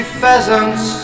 pheasants